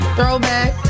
Throwback